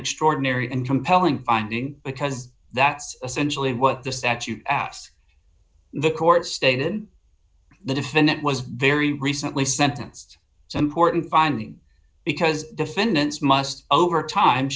extraordinary and compelling finding because that's essentially what the statute asked the court stated the defendant was very recently sentenced so important finding because defendants must over time